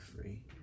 free